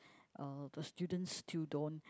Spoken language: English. uh the students still don't